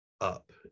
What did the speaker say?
up